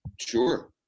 sure